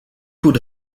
would